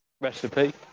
recipe